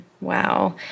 Wow